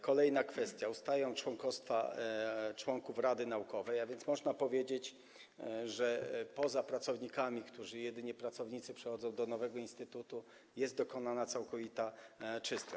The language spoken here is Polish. Kolejna kwestia, ustaje członkostwo członków Rady Naukowej, a więc można powiedzieć - poza pracownikami, a jedynie pracownicy przechodzą do nowego instytutu - że została dokonana całkowita czystka.